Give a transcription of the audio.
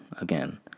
again